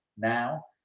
Now